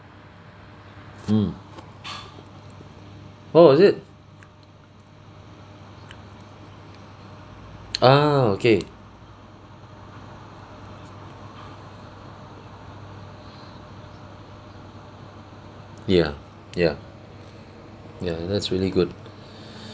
mm oh is it ah okay ya ya ya that's really good